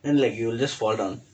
and like you will just fall down